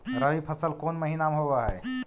रबी फसल कोन महिना में होब हई?